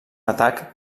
atac